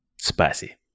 spicy